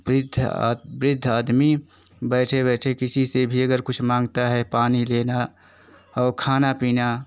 वृद्ध आद वृद्ध आदमी बैठे बैठे किसी से भी अगर कुछ मांगता है पानी देना और खाना पीना